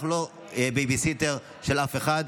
אנחנו לא בייביסיטר של אף אחד,